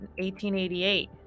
1888